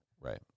Right